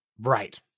Right